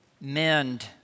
mend